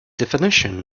definition